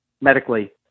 medically